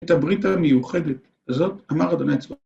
‫את הברית המיוחדת הזאת, ‫אמר ה' צבאות